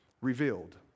revealed